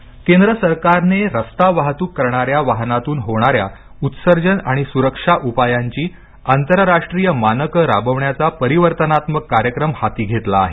वाहतूक उत्सर्जन केंद्र सरकारने रस्ता वाहतूक करणाऱ्या वाहनातून होणाऱ्या उत्सर्जन आणि सुरक्षा उपायांची आंतरराष्ट्रीय मानकं राबविण्याचा परिवर्तनात्मक कार्यक्रम हाती घेतला आहे